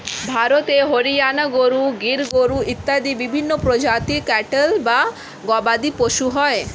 ভারতে হরিয়ানা গরু, গির গরু ইত্যাদি বিভিন্ন প্রজাতির ক্যাটল বা গবাদিপশু হয়